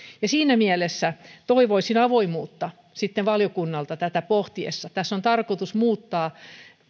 ja siinä mielessä toivoisin sitten avoimuutta valiokunnalta sen tätä pohtiessa tässä on tarkoitus muuttaa